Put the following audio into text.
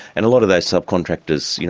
and a lot of those subcontractors, you know,